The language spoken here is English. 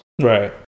right